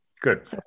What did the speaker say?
Good